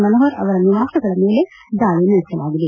ಮನೋಹರ್ ಅವರ ನಿವಾಸಗಳ ಮೇಲೆ ದಾಳಿ ನಡೆಸಲಾಗಿದೆ